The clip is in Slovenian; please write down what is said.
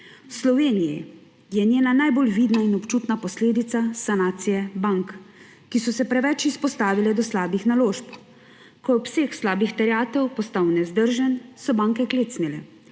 Sloveniji je njena najbolj vidna in občutna posledica sanacije bank, ki so se preveč izpostavile do slabih naložb, ko je obseg slabih terjatev postal nevzdržen, so banke klecnile